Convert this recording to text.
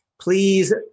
please